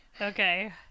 Okay